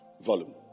volume